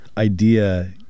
idea